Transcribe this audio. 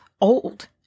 old